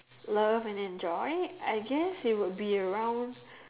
love and enjoy I guess it will be around